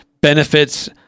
benefits